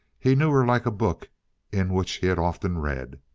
he knew her like a book in which he had often read.